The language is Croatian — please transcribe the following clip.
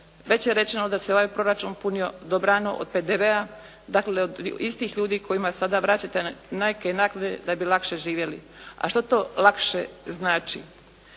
već je rečeno da se ovaj proračun punio dobrano od PDV-a. Dakle, od istih ljudi kojima sada vraćate …/Govornica se ne razumije./… da bi lakše živjeli. A što to lakše znači?